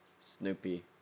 Snoopy